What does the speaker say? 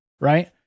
right